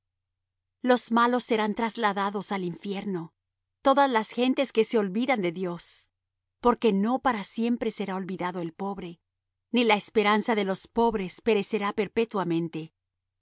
los malos serán trasladados al infierno todas las gentes que se olvidan de dios porque no para siempre será olvidado el pobre ni la esperanza de los pobres perecerá perpetuamente